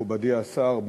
מכובדי השר,